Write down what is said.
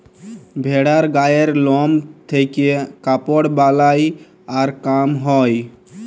ভেড়ার গায়ের লম থেক্যে কাপড় বালাই আর কাম হ্যয়